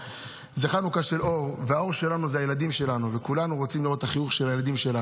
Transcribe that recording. ואנחנו רוצים להודות גם לעובדי הכנסת,